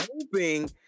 hoping